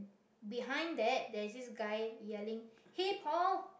behind that there is this guy yelling hey paul